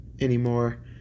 anymore